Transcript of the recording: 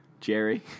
Jerry